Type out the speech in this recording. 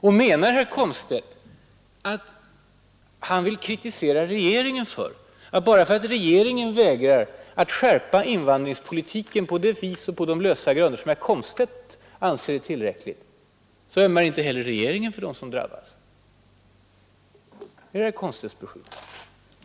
Och vill herr Komstedt kritisera regeringen för att regeringen vägrar skärpa invandringspolitiken på det sätt och på de lösa grunder som herr Komstedt anser tillräckliga? Ömmar alltså inte heller regeringen för dem som drabbas?